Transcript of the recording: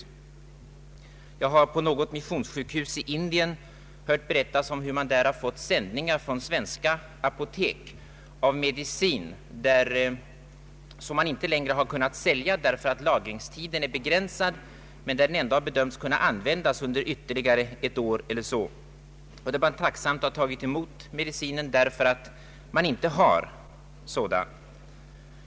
Vidare har jag på något missionssjukhus i Indien sett sändningar från svenska apotek av medicin som inte längre kunnat säljas i Sverige därför att lagringstiden är begränsad, men som ändå bedömts kunna användas under ytterligare ett år eller så. Man har där tacksamt tagit emot medicinen därför att man annars inte har sådan.